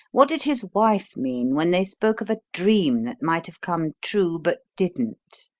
what did his wife mean, when they spoke of a dream that might have come true, but didn't?